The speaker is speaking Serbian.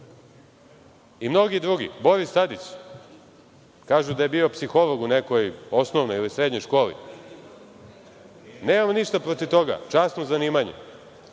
I mnogi drugi, Boris Tadić, kažu da je bio psiholog u nekoj osnovnoj ili srednjoj školi. Nemam ništa protiv toga, časno zanimanje,